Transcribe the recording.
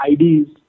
IDs